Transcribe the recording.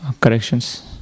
corrections